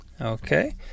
Okay